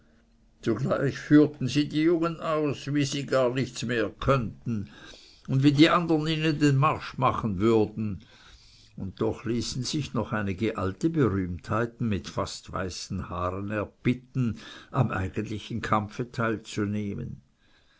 führten sie die jungen aus wie sie gar nichts mehr könnten und wie die andern ihnen den marsch machen werden und doch ließen sich noch einige alte berühmtheiten mit fast weißen haaren erbitten am eigentlichen kampfe teilzunehmen